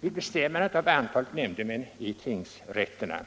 Vid bestämmande av antalet nämndemän i tingsrätterna